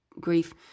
grief